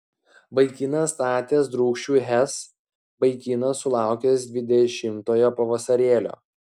vaikinas statęs drūkšių hes vaikinas sulaukęs dvidešimtojo pavasarėlio